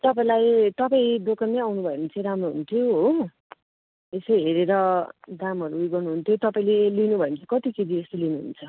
तपाईँलाई तपाईँ दोकानमै आउनु भयो भने चाहिँ राम्रो हुन्थ्यो हो यसो हेरेर दामहरू उयो गर्नु हुन्थ्यो तपाईँले लिनुभयो भने चाहिँ कति केजीजस्तो लिनुहुन्छ